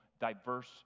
diverse